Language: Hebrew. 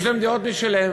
יש להם דעות משלהם.